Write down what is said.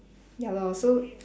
ya lor so